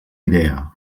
idea